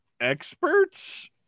experts